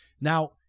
Now